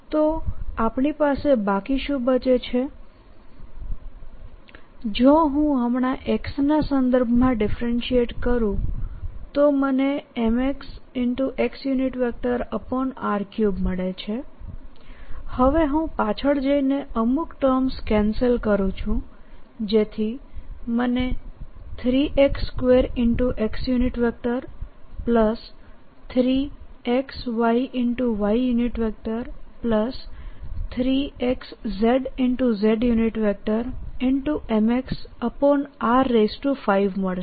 તો આપણી પાસે બાકી શું બચે છે જો હુંહમણાં x ના સંદર્ભમાં ડિફરેન્શિએટ કરુંતો મને mx xr3 મળે છે હવે હું પાછળ જઈને અમુક ટર્મ્સ કેન્સલ કરું છું જેથી મને 3 x2 x 3 x y y 3 x z z mxr5મળશે